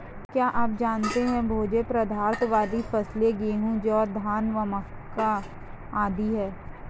क्या आप जानते है भोज्य पदार्थ वाली फसलें गेहूँ, जौ, धान व मक्का आदि है?